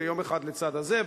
זה יום אחד לצד הזה,